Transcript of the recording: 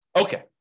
Okay